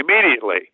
immediately